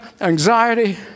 anxiety